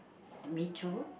me too